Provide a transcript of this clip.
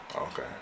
Okay